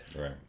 Right